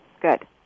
Good